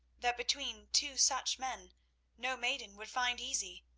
that between two such men no maiden would find easy.